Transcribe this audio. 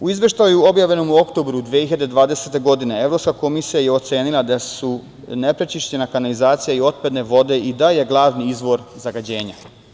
U Izveštaju objavljenom u oktobru 2020. godine, Evropska komisija je ocenila da su neprečišćena kanalizacija i otpadne vode i dalje glavni izvor zagađenja.